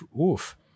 oof